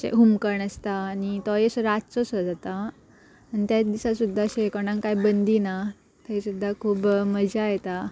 अशें होमकण आसता आनी तोय अस् रातचोसो जाता आनी त्याच दिसा सुद्दां अशें कोणाक कांय बंदी ना थंय सुद्दां खूब मजा येता